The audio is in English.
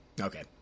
Okay